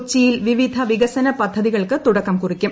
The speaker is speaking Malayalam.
കൊച്ചിയിൽ വിവിധ വികസന പദ്ധതികൾക്ക് തുടക്കം കുറിക്കും